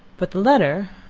but the letter,